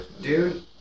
Dude